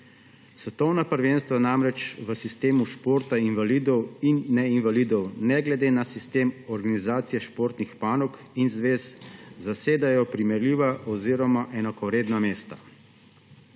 Svetovna prvenstva namreč v sistemu športa invalidov in neinvalidov ne glede na sistem organizacije športnih panog in zvez zasedajo primerljiva oziroma enakovredna mesta.